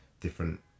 different